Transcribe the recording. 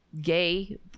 gay